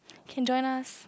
can join us